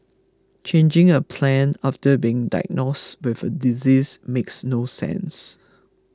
changing a plan after being diagnosed with a disease makes no sense